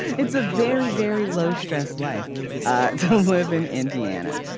it's a very very low stress life to live in indiana.